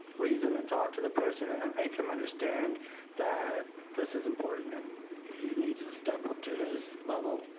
reason and talk to the person and um make him understand that this is important and he needs to step up to his level.